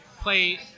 play